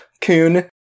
Coon